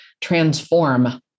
transform